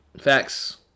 Facts